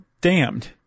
damned